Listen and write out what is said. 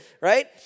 right